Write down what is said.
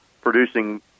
producing